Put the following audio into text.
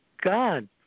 God